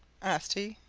asked he.